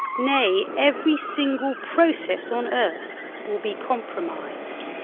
nay every single process on earth will be compromised.